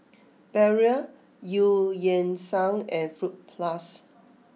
Barrel Eu Yan Sang and Fruit Plus